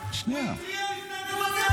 אתה ידעת שהאסון הזה הולך לקרות?